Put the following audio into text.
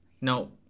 No